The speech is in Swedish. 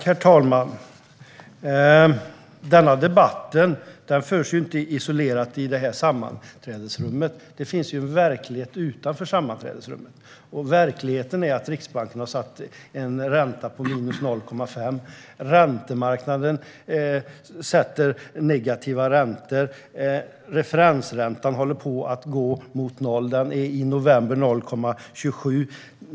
Herr talman! Denna debatt förs ju inte isolerat i detta sammanträdesrum. Det finns en verklighet utanför det, nämligen att Riksbanken har satt en ränta på 0,5. Räntemarknaden sätter negativa räntor. Referensräntan går mot 0; den var i november 0,27.